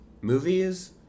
Movies